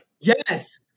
Yes